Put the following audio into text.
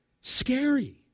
Scary